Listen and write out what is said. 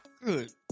Good